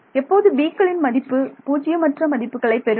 எப்போது b க்களின் மதிப்பு 0 மற்ற மதிப்புகளை பெறும்